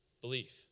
belief